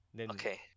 Okay